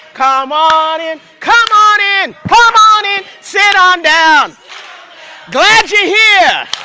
come on in come on in come on in sit on down glad you're here!